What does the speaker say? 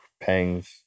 Pangs